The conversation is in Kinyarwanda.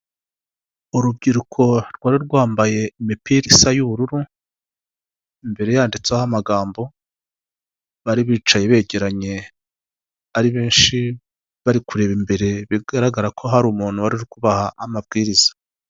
Urubyiruko rwari rwambaye imipira isa y'ubururu, imbere yanditseho amagambo. Bari bicaye begeranye ari benshi, bari kureba imbere, bigaragara ko hari umuntu wari kubaha amabwiriza.